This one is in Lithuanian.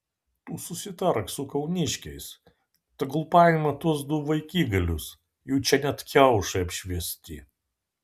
tu susitark su kauniškiais tegul paima tuos du vaikigalius jų čia net kiaušai apšviesti